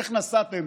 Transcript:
איך נסעתם